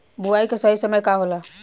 बुआई के सही समय का होला?